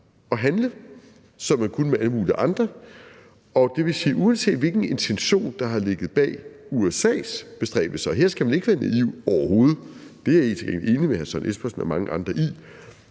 at handle, som man kunne med alle mulige andre. Det vil sige, at uanset hvilken intention der har ligget bag USA's bestræbelser – og her skal man ikke være naiv overhovedet; det er jeg til gengæld enig med hr. Søren Espersen og mange andre i